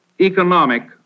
economic